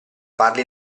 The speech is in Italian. parli